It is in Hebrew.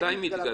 מתי היא מתגלה?